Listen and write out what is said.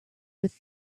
with